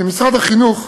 שמשרד החינוך,